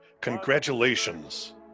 Congratulations